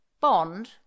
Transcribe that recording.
Bond